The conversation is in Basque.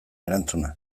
erantzuna